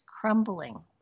crumbling